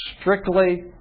strictly